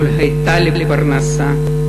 אבל הייתה לי פרנסה,